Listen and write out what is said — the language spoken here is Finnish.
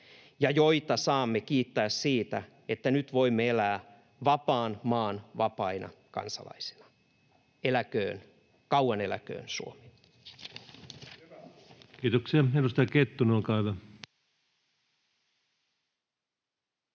ja joita saamme kiittää siitä, että nyt voimme elää vapaan maan vapaina kansalaisina. Eläköön, kauan eläköön Suomi! Kiitoksia. — Edustaja Kettunen, olkaa hyvä.